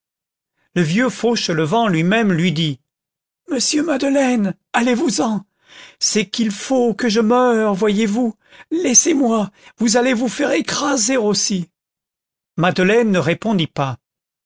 le vieux fauchelevent lui-même lui dit monsieur madeleine allez-vous-en c'est qu'il faut que je meure voyez-vous laissez-moi vous allez vous faire écraser aussi madeleine ne répondit pas